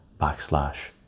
backslash